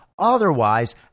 Otherwise